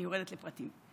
אני יורדת לפרטים.